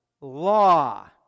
law